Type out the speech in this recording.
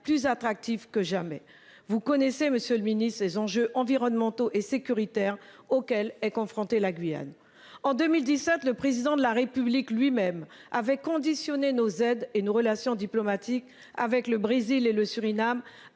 plus attractif que jamais. Vous connaissez monsieur le Ministre des enjeux environnementaux et sécuritaires auxquels est confrontée la Guyane en 2017, le président de la République lui-même avait conditionné nos aides et nos relations diplomatiques avec le Brésil et le Suriname